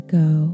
go